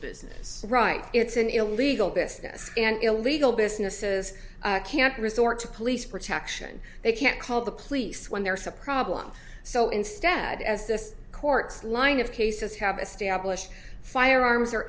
business right it's an illegal business and illegal businesses can't resort to police protection they can't call the police when there's a problem so instead as this court's line of cases have established firearms or